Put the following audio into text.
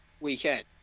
weekend